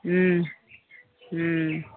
हूँ हूँ